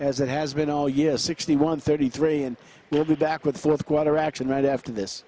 as it has been all year sixty one thirty three and we'll be back with fourth quarter action right after this